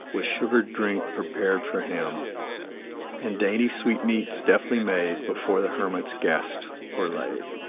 with sugared drink prepared for him and dainty sweetmeats, deftly made, before the hermit's guest were laid.